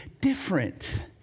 different